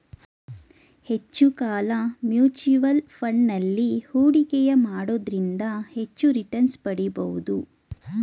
ಹೆಚ್ಚು ಕಾಲ mutual fund ಅಲ್ಲಿ ಹೂಡಿಕೆಯ ಮಾಡೋದ್ರಿಂದ ಹೆಚ್ಚು ರಿಟನ್ಸ್ ಪಡಿಬೋದು